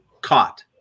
caught